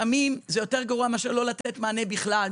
לפעמים זה יותר גרוע מאשר לא לתת מענה בכלל,